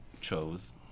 chose